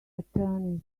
attorney